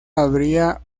habría